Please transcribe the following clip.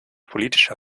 politischer